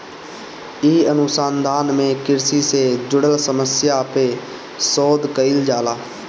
इ अनुसंधान में कृषि से जुड़ल समस्या पे शोध कईल जाला